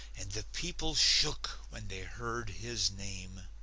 and the people shook when they heard his name.